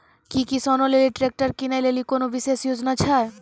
कि किसानो लेली ट्रैक्टर किनै लेली कोनो विशेष योजना छै?